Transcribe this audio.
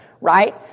right